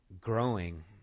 growing